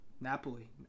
Napoli